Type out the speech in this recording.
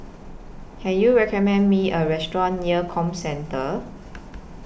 Can YOU recommend Me A Restaurant near Comcentre